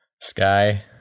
Sky